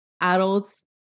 adults